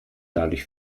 dadurch